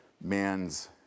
man's